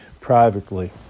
privately